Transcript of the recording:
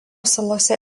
salose